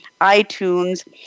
iTunes